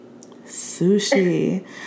Sushi